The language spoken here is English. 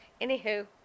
Anywho